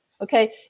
Okay